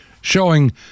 showing